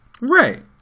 Right